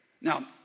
Now